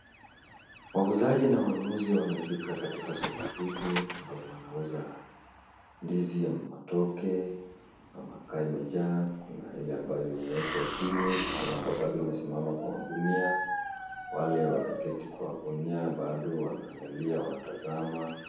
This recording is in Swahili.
Wauzaji na wanunuzi wamefika katika soko hili ambapo wanauza ndizi ama matope ama ka imejaa. Kuna ile imewekwa chini kuna ile bado imesimama kwa magunia, wale wameketi kwa magunia bado wanaangalia wanatazama.